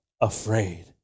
afraid